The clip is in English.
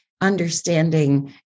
understanding